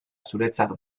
zuretzat